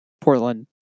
Portland